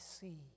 see